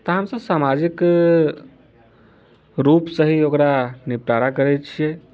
तैँ हमसभ सामाजिक रूपसँ ही ओकरा निपटारा करैत छियै